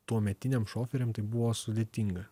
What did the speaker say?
tuometiniam šoferiam tai buvo sudėtinga